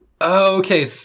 okay